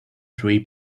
three